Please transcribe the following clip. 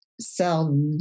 sell